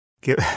give